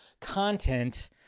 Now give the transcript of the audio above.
content